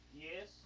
Yes